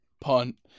punt